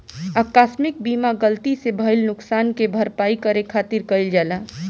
आकस्मिक बीमा गलती से भईल नुकशान के भरपाई करे खातिर कईल जाला